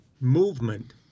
movement